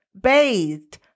bathed